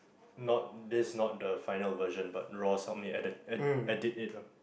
not this is not the final version but Ross helped me add it edit it lor